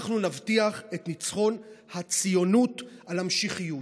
אנחנו נבטיח את ניצחון הציונות על המשיחיות.